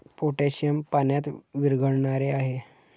potassium पाण्यात विरघळणारे आहे